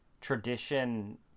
tradition